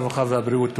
הרווחה והבריאות.